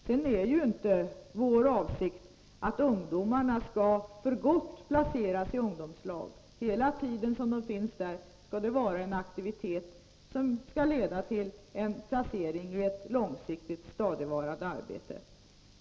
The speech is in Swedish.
Sedan är ju inte vår avsikt att ungdomarna för gott skall placeras i ungdomslag. Hela tiden de finns där skall det röra sig om en aktivitet som skall leda till en placering i ett långsiktigt, stadigvarande arbete.